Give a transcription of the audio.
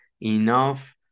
enough